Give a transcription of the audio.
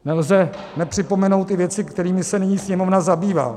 Nelze nepřipomenout i věci, kterými se nyní Sněmovna zabývá.